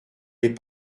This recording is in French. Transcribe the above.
les